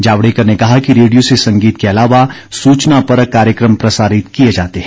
जावड़ेकर ने कहा कि रेडियो से संगीत के अलावा सूचनापरक कार्यक्रम प्रसारित किए जाते हैं